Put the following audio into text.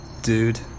Dude